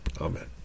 Amen